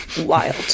wild